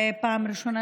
פעם ראשונה,